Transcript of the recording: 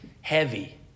heavy